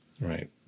Right